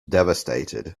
devastated